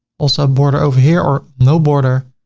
also border over here or no border.